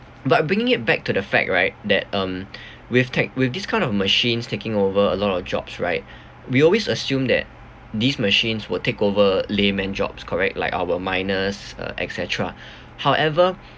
but bringing it back to the fact right that um with tech~ with this kind of machines taking over a lot of jobs right we always assume that these machines will takeover layman jobs correct like our miners uh et cetera however